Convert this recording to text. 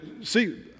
see